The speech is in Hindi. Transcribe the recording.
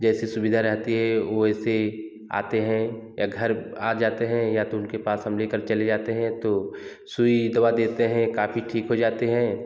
जैसे सुविधा रहती है वैसे आते हैं या घर आ जाते हैं या तो उनके पास हम लेकर चले जाते हैं तो सुई दवा देते हैं काफी ठीक हो जाते हैं